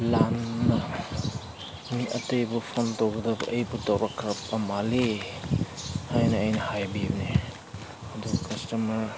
ꯂꯥꯟꯅ ꯃꯤ ꯑꯇꯩꯕꯨ ꯐꯣꯟ ꯇꯧꯕꯗ ꯑꯩꯕꯨ ꯇꯧꯔꯛꯈ꯭ꯔꯕ ꯃꯥꯜꯂꯤ ꯍꯥꯏꯅ ꯑꯩꯅ ꯍꯥꯏꯕꯤꯕꯅꯦ ꯑꯗꯨ ꯀꯁꯇꯃꯔ